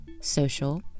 social